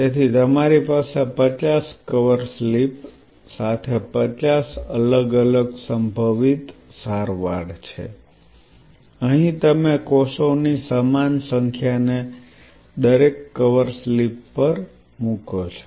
તેથી તમારી પાસે 50 કવર સ્લિપ સાથે 50 અલગ અલગ સંભવિત સારવાર છે અહીં તમે કોષોની સમાન સંખ્યાને દરેક કવર સ્લિપ પર મુકો છો